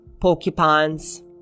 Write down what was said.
porcupines